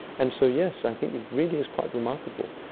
and so yes, i think it really is quite remarkable.